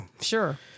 Sure